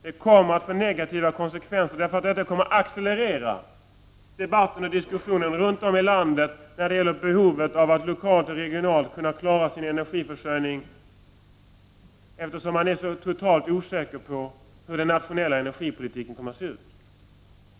Det kommer också att accelerera och leda till diskussioner runt om i landet hur man lokalt och regionalt skall klara sin energiförsörjning, eftersom man är så osäker på hur den nationella energipolitiken kommer att se ut.